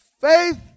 Faith